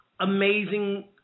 amazing